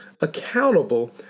accountable